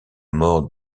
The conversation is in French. mort